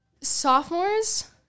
sophomores